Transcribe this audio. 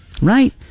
right